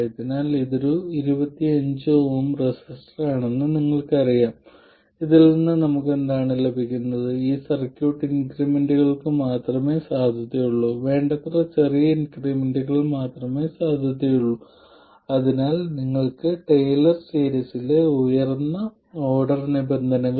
അതിനാൽ ഇവിടെ നിങ്ങൾ V20 എവിടെയാണെന്ന് നോക്കുന്നു നിങ്ങൾ V10 ന് അനുയോജ്യമായ കർവ് തിരഞ്ഞെടുക്കുക ഇത് ഇതാണെന്ന് പറയാം തുടർന്ന് അവിടെയുള്ള സ്ലോപ് y12 ന് തുല്യമാണ്